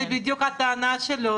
זו בדיוק הטענה שלו,